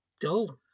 dull